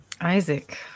Isaac